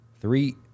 three